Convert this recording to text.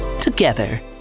together